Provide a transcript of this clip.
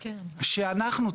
שאנחנו,